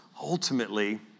ultimately